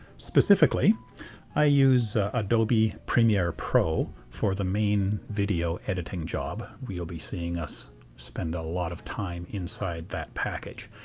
specifically i use adobe premier pro for the main video editing job. we'll be seeing us spend a lot of time inside that package.